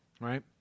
right